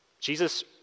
Jesus